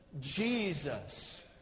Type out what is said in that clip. Jesus